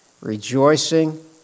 Rejoicing